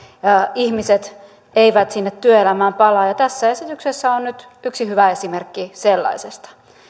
ihmiset eivät sinne työelämään palaa ja tässä esityksessä on nyt yksi hyvä esimerkki sellaisesta